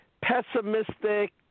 Pessimistic